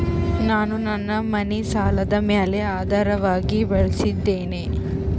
ನಾನು ನನ್ನ ಮನಿ ಸಾಲದ ಮ್ಯಾಲ ಆಧಾರವಾಗಿ ಬಳಸಿದ್ದೇನೆ